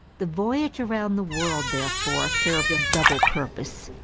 the voyage around the world therefore served a double purpose.